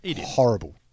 horrible